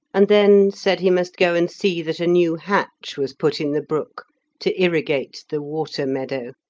and then said he must go and see that a new hatch was put in the brook to irrigate the water-meadow.